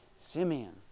Simeon